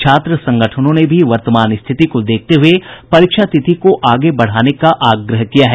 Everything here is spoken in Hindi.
छात्र संगठनों ने भी वर्तमान स्थिति को देखते हुए परीक्षा तिथि को आगे बढ़ाने का आग्रह किया है